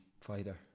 fighter